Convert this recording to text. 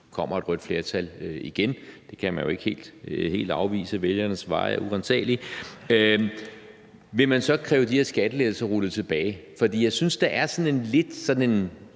kommer et rødt flertal igen – det kan man jo ikke helt afvise; vælgernes veje er uransagelige. Vil man så kræve de her skattelettelser rullet tilbage? Jeg synes, at der lidt er sådan en